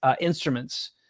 instruments